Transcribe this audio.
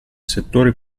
settore